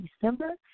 December